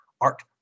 art